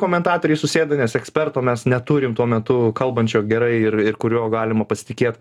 komentatoriai susėda nes eksperto mes neturim tuo metu kalbančio gerai ir ir kuriuo galima pasitikėt